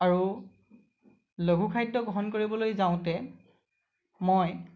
আৰু লঘু খাদ্য গ্ৰহণ কৰিবলৈ যাওঁতে মই